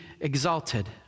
exalted